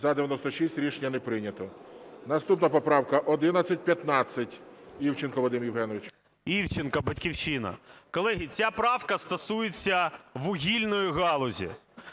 За-96 Рішення не прийнято. Наступна поправка 1115. Івченко Вадим Євгенович. 13:19:09 ІВЧЕНКО В.Є. Івченко, "Батьківщина". Колеги, ця правка стосується вугільної галузі.